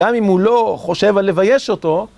גם אם הוא לא חושב על לבייש אותו